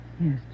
Yes